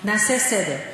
נעשה סדר.